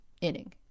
inning